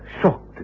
shocked